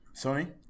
Sony